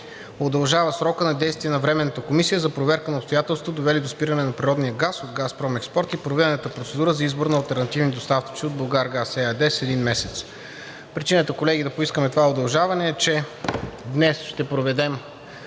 Причината, колеги, да поискаме това удължаване е, че днес ще проведем